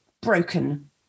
broken